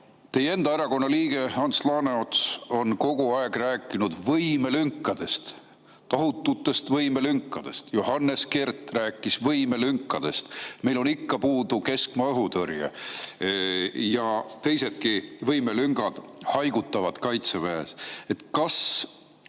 Teie enda erakonna liige Ants Laaneots on kogu aeg rääkinud võimelünkadest, tohututest võimelünkadest. Johannes Kert rääkis võimelünkadest. Meil on ikka puudu keskmaa õhutõrje ja teisedki võimelüngad haigutavad Kaitseväes. Kas